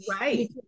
right